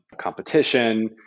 competition